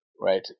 right